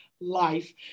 life